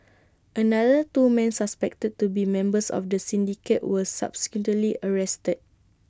another two men suspected to be members of the syndicate were subsequently arrested